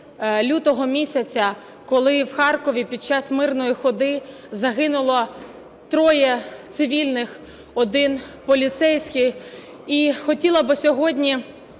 лютого місяця, коли в Харкові під час мирної ходи загинуло троє цивільних, один поліцейський. І хотіла би сьогодні